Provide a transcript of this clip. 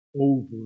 over